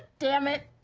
goddamn it!